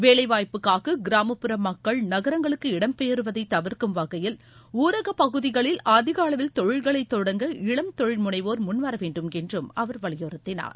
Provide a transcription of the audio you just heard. வேலைவாய்ப்புக்காக கிராமப்புற மக்கள் நகரங்களுக்கு இடம்பெயருவதை தவிர்க்கும் வகையில் ஊரகப் பகுதிகளில் அதிக அளவில் தொழில்களை தொடங்க இளம் தொழில் முனைவோா முன்வர வேண்டும் என்றும் அவர் வலியுறுத்தினார்